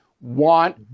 want